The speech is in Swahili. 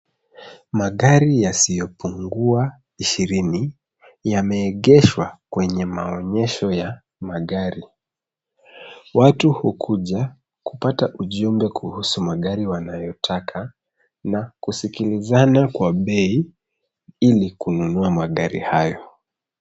Magari yasiyopungua ishirini yameegeshwa kwenye maonyesho ya magari, watu hukuja kupata ujumbe kuhusu magari wanayotaka na kusikilizana kwa bei ili kununua magari hayo.